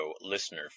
listener